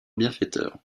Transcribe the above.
bienfaiteur